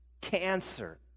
cancer